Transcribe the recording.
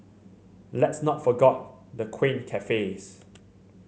let's not forgot the quaint cafes